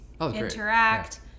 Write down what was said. interact